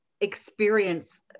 experience